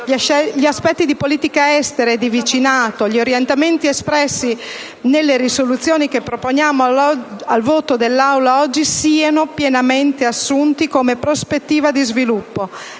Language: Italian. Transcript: gli aspetti di politica estera e di vicinato e gli orientamenti espressi nelle risoluzioni che proponiamo oggi al voto dell'Aula siano pienamente assunti come prospettiva di sviluppo.